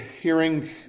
hearing